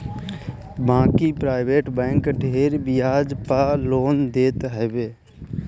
बाकी private bank ढेर बियाज पअ लोन देत हवे